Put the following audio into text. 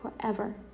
forever